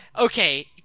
okay